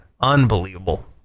Unbelievable